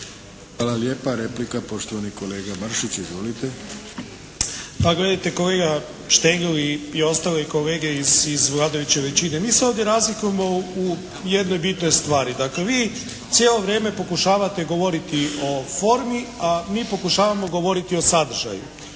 Hvala lijepa. Replika, poštovani kolega Mršić. Izvolite. **Mršić, Zvonimir (SDP)** Pa gledajte kolega Štengl i ostali kolege iz vladajuće većine, mi se ovdje razlikujemo u jednoj bitnoj stvari. Dakle, vi cijelo vrijeme pokušavate govoriti o formi, a mi pokušavamo govoriti o sadržaju.